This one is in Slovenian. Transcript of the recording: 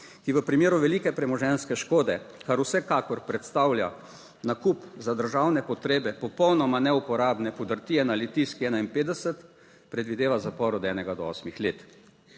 ki v primeru velike premoženjske škode, kar vsekakor predstavlja nakup za državne potrebe popolnoma neuporabne podrtije na Litijski 51, predvideva zapor od enega